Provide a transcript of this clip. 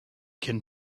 can